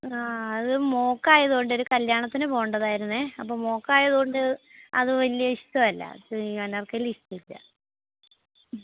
ആ അത് മോൾക്കായത് കൊണ്ട് ഒരു കല്യാണത്തിന് പോകേണ്ടതായിരുന്നു അപ്പം മോൾക്കായതു കൊണ്ട് അത് വലിയ ഇഷ്ടം ഇല്ല ഈ അനാർക്കലി ഇഷ്ടമല്ല ഹമ്